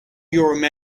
your